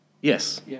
Yes